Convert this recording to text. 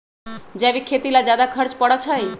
जैविक खेती ला ज्यादा खर्च पड़छई?